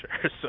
sure